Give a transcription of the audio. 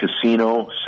Casino